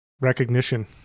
Recognition